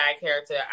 character